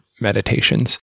meditations